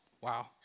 wow